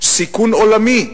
סיכון עולמי,